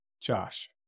Josh